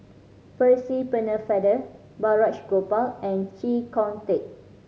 Percy Pennefather Balraj Gopal and Chee Kong Tet